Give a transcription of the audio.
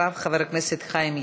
אחריו, חברי הכנסת חיים ילין,